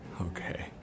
Okay